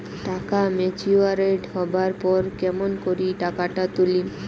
টাকা ম্যাচিওরড হবার পর কেমন করি টাকাটা তুলিম?